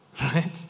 Right